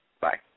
Bye